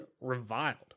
reviled